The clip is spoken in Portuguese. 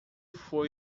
foi